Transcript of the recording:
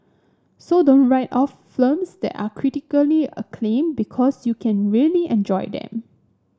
so don't write off films that are critically acclaimed because you can really enjoy them